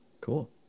Cool